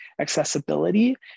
accessibility